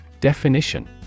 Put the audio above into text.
Definition